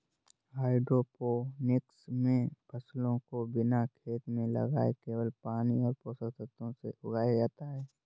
hydroponics मे फसलों को बिना खेत में लगाए केवल पानी और पोषक तत्वों से उगाया जाता है